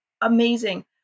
amazing